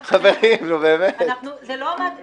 חברים, נו באמת --- ההצעה הזאת לא עמדה